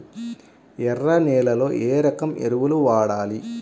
ఎర్ర నేలలో ఏ రకం ఎరువులు వాడాలి?